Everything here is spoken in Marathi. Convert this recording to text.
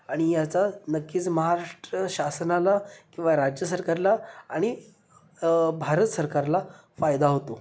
आणि याचा नक्कीच महाराष्ट्र शासनाला किंवा राज्य सरकारला आणि भारत सरकारला फायदा होतो